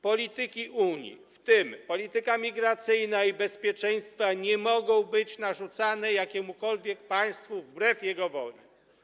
Polityki Unii, w tym polityka migracyjna i bezpieczeństwa, nie mogą być narzucane jakiemukolwiek państwu wbrew jego woli.